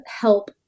help